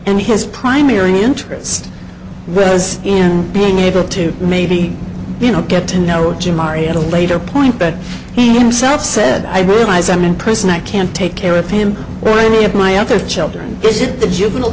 and his primary interest was in being able to maybe you know get to know jim are you at a later point but he himself said i realize i'm in prison i can't take care of him or any of my other children visit the juvenile